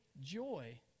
joy